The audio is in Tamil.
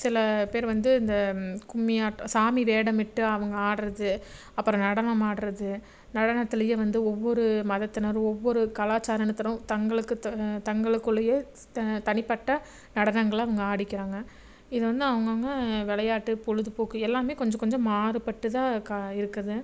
சில பேர் வந்து இந்த கும்மியாட்டம் சாமி வேடமிட்டு அவங்க ஆடுறது அப்புறம் நடனமாடுறது நடனத்துலேயே வந்து ஒவ்வொரு மதத்தினர் ஒவ்வொரு கலாச்சார இனத்தினர் தங்களுக்கு தங்களுக்குள்ளையே தனிப்பட்ட நடனங்களை அவங்க ஆடிக்கிறாங்க இதை வந்து அவங்கவங்க விளையாட்டு பொழுதுபோக்கு எல்லாமே கொஞ்சம் கொஞ்சம் மாறுபட்டுதான் கா இருக்குது